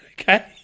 Okay